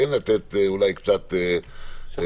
נוצר מצב שאולי מישהו הגיע